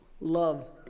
Love